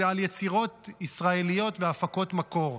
זה על יצירות ישראליות והפקות מקור.